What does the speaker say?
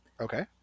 Okay